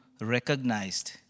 recognized